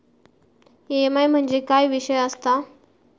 EMI म्हणजे काय विषय आसता?